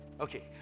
okay